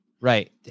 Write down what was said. Right